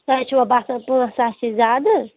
تۄہہِ حظ چھُوا بَاسان ژور ساس چھُ زیادٕ